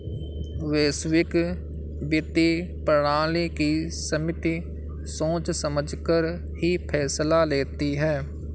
वैश्विक वित्तीय प्रणाली की समिति सोच समझकर ही फैसला लेती है